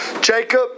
Jacob